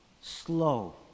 slow